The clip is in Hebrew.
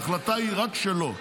ההחלטה היא רק שלו,